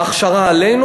ההכשרה עלינו.